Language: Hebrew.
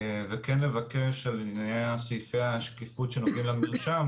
וכן לבקש לעניין סעיפי השקיפות שנוגעים למרשם,